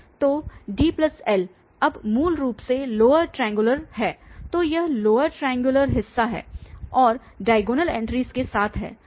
तो D L अब मूल रूप से लोअर ट्राइऐंग्युलर है तो यह लोअर ट्राइऐंग्युलर हिस्सा है और डायगोनल एंट्रीस के साथ है